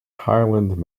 highland